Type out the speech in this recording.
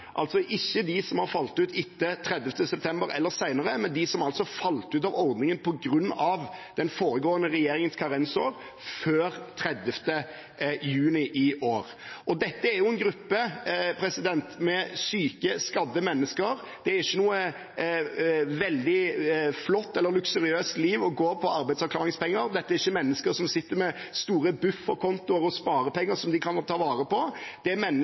altså ikke de som har falt ut etter 30. september eller senere, men de som falt ut av ordningen på grunn av den foregående regjeringens karensår før 30. juni i år. Dette er en gruppe med syke, skadde mennesker. Det er ikke noe veldig flott eller luksuriøst liv å gå på arbeidsavklaringspenger, dette er ikke mennesker som sitter med store bufferkontoer og sparepenger som de kan ta vare på.